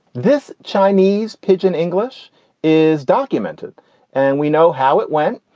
this chinese pidgin english is documented and we know how it went.